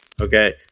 okay